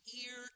ear